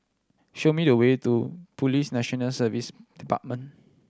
show me the way to Police National Service Department